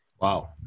Wow